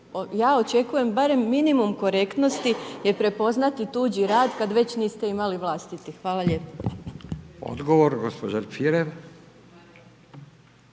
Ja očekujem barem minimum korektnosti jer prepoznati tuđi rad, kad već niste imali vlastiti. Hvala lijepo. **Radin, Furio